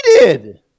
needed